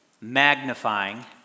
magnifying